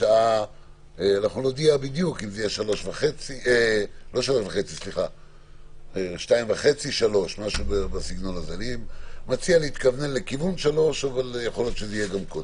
בשעה 14:30 או 15:00. נודיע על שעה מדויקת.